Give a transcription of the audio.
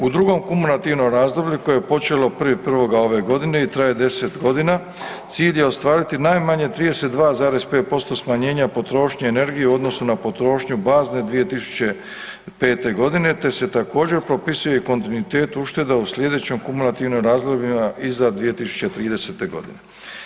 U drugom kumulativnom razdoblju koje je počelo 1.1. ove godine i traje 10 godina cilj je ostvariti najmanje 32,5% smanjenja potrošnje energije u odnosu na potrošnju bazne 2005. godine te se također propisuje i kontinuitet ušteda u slijedećem kumulativnim razdobljima iza 2030. godine.